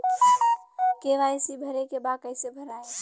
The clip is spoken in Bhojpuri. के.वाइ.सी भरे के बा कइसे भराई?